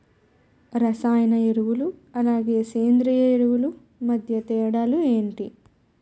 రసాయన ఎరువులు అలానే సేంద్రీయ ఎరువులు మధ్య తేడాలు ఏంటి?